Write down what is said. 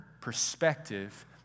perspective